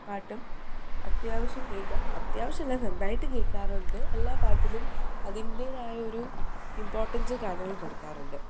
പാട്ടും അത്യാവശ്യം കേൾക്കാൻ അത്യാവശ്യം അല്ല നന്നായിട്ട് കേൾക്കാറുണ്ട് എല്ലാ പാട്ടിനും അതിൻ്റേതായ ഒരു ഇമ്പോർട്ടൻസ് ഗാനങ്ങളിൽ കൊടുക്കാറുണ്ട്